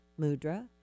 mudra